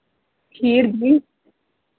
फिर भी